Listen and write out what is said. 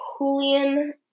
Julian